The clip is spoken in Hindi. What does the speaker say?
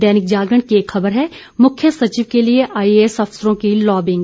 दैनिक जागरण की एक खबर है मुख्य सचिव के लिए आइएएस अफसरों की लॉबिंग